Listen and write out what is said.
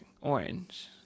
orange